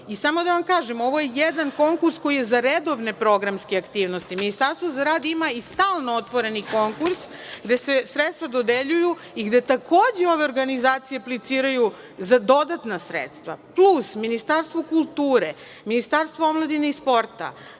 Samo da vam kažem, ovo je jedan konkurs koji je za redovne programske aktivnosti. Ministarstvo za rad ima i stalno otvoreni konkurs gde se sredstva dodeljuju i gde takođe ove organizacije apliciraju za dodatna sredstva. Tu su Ministarstvo kulture, Ministarstvo omladine i sporta,